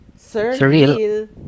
Surreal